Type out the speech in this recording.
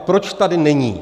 Proč tady není?